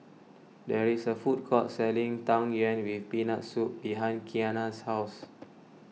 there is a food court selling Tang Yuen with Peanut Soup behind Qiana's house